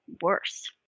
worse